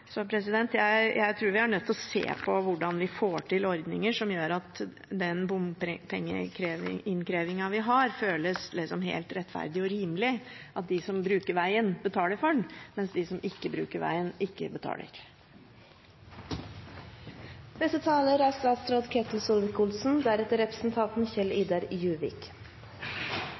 jeg tror vi er nødt til å se på hvordan vi kan få til ordninger som gjør at den bompengeinnkrevingen vi har, føles helt rettferdig og rimelig, og at de som bruker vegen, betaler for den, mens de som ikke bruker vegen, ikke betaler. Dette er